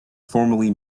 formally